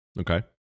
Okay